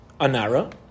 Anara